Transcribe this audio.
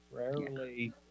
rarely